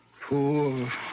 Poor